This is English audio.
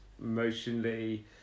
emotionally